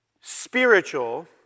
spiritual